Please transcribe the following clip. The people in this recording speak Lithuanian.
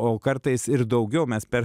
o kartais ir daugiau mes per